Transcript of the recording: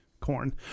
corn